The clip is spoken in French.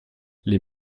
les